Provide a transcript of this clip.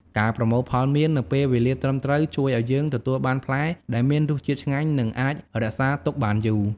ការប្រមូលផលមៀននៅពេលវេលាត្រឹមត្រូវ ជួយឱ្យយើងទទួលបានផ្លែដែលមានរសជាតិឆ្ងាញ់ និងអាចរក្សាទុកបានយូរ។